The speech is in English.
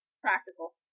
practical